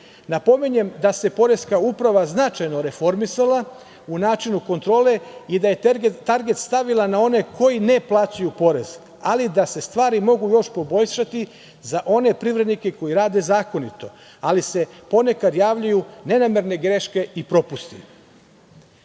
da se poreska uprava značajno reformisala u načinu kontrole i da je target stavila na one koji ne plaćaju porez, ali da se stvari mogu još poboljšati za one privrednike koji rade zakonito, ali se ponekad javljaju ne namerne greške i